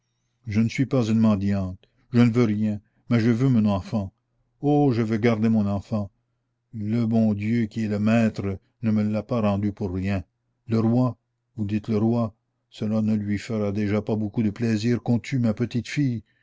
je ne suis pas une mendiante je ne veux rien mais je veux mon enfant oh je veux garder mon enfant le bon dieu qui est le maître ne me l'a pas rendue pour rien le roi vous dites le roi cela ne lui fera déjà pas beaucoup de plaisir qu'on tue ma petite fille